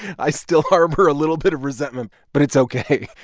i still harbor a little bit of resentment. but it's ok.